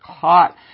caught